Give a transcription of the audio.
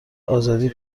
آزادی